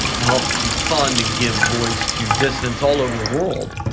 helped to fund and give voice to dissidents all over the world,